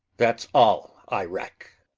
that's all i reck.